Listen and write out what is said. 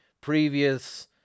previous